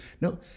No